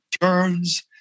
turns